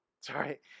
sorry